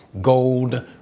gold